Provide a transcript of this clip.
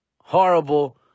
Horrible